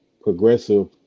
progressive